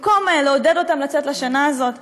במקום לעודד אותם לצאת לשנה הזאת,